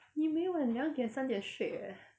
你没有 eh 你两点三点睡 eh